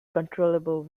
controllable